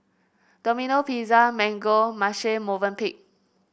Domino Pizza Mango Marche Movenpick